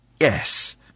yes